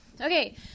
Okay